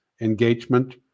engagement